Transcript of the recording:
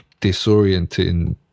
disorienting